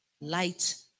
light